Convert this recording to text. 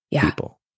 people